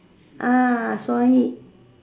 sawing it